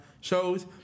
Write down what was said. shows